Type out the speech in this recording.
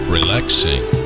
Relaxing